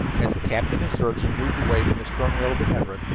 as the captain and surgeon moved away from the stern rail of the everett,